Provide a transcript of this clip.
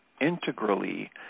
integrally